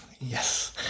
Yes